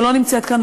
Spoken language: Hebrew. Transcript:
שלא נמצאת כאן,